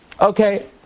Okay